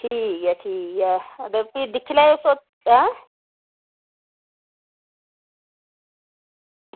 ठीक ऐ ठीक ऐ ते फ्ही दिक्खी लैएओ ऐं